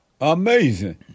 Amazing